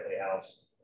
house